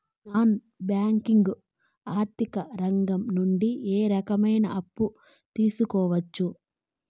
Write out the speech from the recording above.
Non banking ఆర్థిక రంగం నుండి ఏ రకమైన అప్పు తీసుకోవచ్చు?